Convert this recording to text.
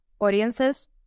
audiences